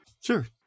Sure